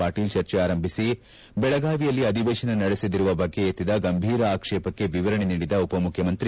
ಪಾಟೀಲ್ ಚರ್ಚೆ ಆರಂಭಿಸಿ ಬೆಳಗಾವಿಯಲ್ಲಿ ಅಧಿವೇಶನ ನಡೆಸದಿರುವ ಬಗ್ಗೆ ಎತ್ತಿದ ಗಂಭೀರ ಆಕ್ಷೇಪಕ್ಕೆ ವಿವರಣೆ ನೀಡಿದ ಉಪಮುಖ್ಯಮಂತ್ರಿ